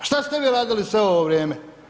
A što ste vi radili sve ovo vrijeme?